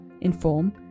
inform